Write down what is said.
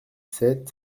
sept